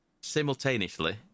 simultaneously